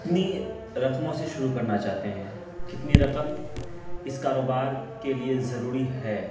کتنی رقموں سے شروع کرنا چاہتے ہیں کتنی رقم اس کاروبار کے لیے ضروری ہے